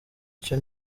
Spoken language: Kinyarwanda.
icyo